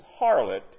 harlot